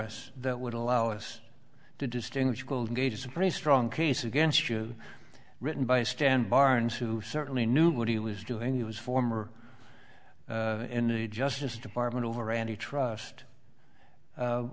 us that would allow us to distinguish will gage is a pretty strong case against you written by stan barnes who certainly knew what he was doing he was former in the justice department over any trust